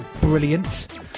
brilliant